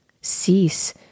cease